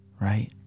right